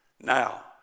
Now